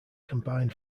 combine